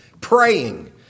praying